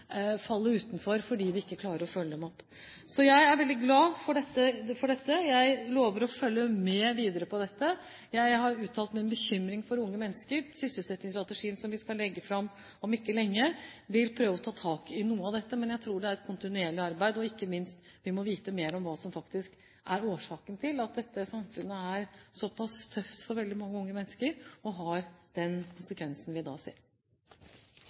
utenfor fordi vi ikke klarer å følge dem opp. Så jeg er veldig glad for dette, og jeg lover å følge med videre på det. Jeg har uttalt min bekymring for unge mennesker. Sysselsettingsstrategien, som vi skal legge fram om ikke lenge, vil prøve å ta tak i noe av dette. Men jeg tror det er et kontinuerlig arbeid, og ikke minst: Vi må vite mer om hva som faktisk er årsaken til at dette samfunnet er såpass tøft for veldig mange unge mennesker, og at det har den konsekvensen vi ser.